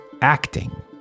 acting